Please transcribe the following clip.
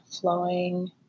flowing